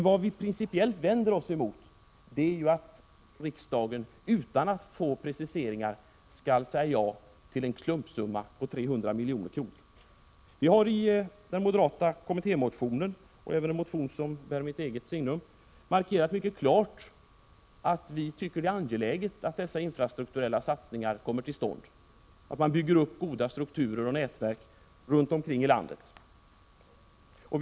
Vad vi principiellt vänder oss emot är att riksdagen, utan att få preciseringar, skall säga ja till en klumpsumma på 300 milj.kr. Moderata samlingspartiet har i en kommittémotion, A448, och även i en motion som bär mitt eget signum, A469, markerat mycket klart att vi tycker det är angeläget att dessa infrastrukturella satsningar kommer till stånd, och att man bygger upp goda strukturer och nätverk runt omkring oss i landet.